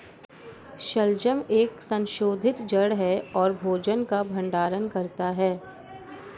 शलजम एक संशोधित जड़ है और भोजन का भंडारण करता है